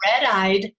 red-eyed